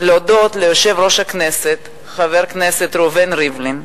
להודות ליושב-ראש הכנסת, חבר הכנסת ראובן ריבלין,